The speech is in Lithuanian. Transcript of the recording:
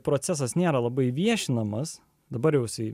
procesas nėra labai viešinamas dabar ausiai